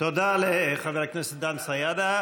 תודה לחבר הכנסת דן סידה.